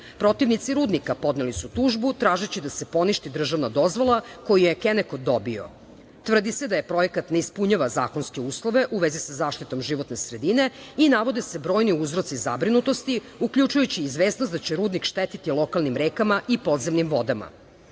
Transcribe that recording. Protivnici rudnika podneli su tužbu tražeći da se poništi državna dozvola koju je „Keneko“ dobio. Tvrdi se da projekat ne ispunjava zakonske uslove u vezi sa zaštitom životne sredine i navode se brojni uzroci zabrinutosti uključujući izvesnost da će rudnik štetiti lokalnim rekama i podzemnim vodama. Pored